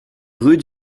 rue